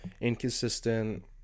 inconsistent